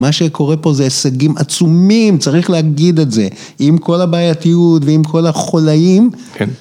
מה שקורה פה זה הישגים עצומים, צריך להגיד את זה. עם כל הבעייתיות, ועם כל החולאים. כן.